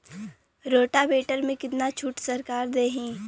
Rotavator में कितना छूट सरकार देही?